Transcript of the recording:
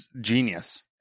genius